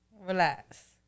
relax